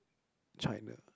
China